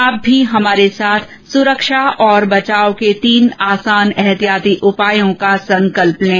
आप भी हमारे साथ सुरक्षा और बचाव के तीन आसान एहतियाती उपायों का संकल्प लें